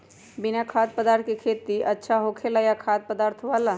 बिना खाद्य पदार्थ के खेती अच्छा होखेला या खाद्य पदार्थ वाला?